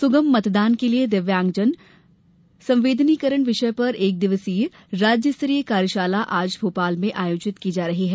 सुगम मतदान के लिये दिव्यांगजन संवेदनीकरण विषय पर एक दिवसीय राज्य स्तरीय कार्यशाला आज भोपाल में आयोजित की जा रही है